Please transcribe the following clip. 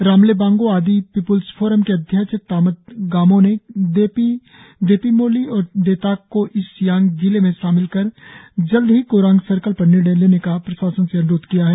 रामले Bango Adi People's Forum के अध्यक्ष तामत गामोह ने देपी देपी मोली और देताक को ईस्ट सियांग जिले में शामिल कर जल्द ही कोरांग सर्कल पर निर्नय करने का प्रशासन से अन्रोध किया है